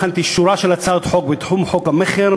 הכנתי שורה של הצעות חוק בתחום חוק המכר,